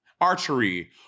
Archery